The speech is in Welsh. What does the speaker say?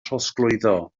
trosglwyddo